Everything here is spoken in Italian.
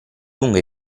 lungo